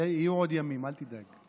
יהיו עוד ימים, אל תדאג.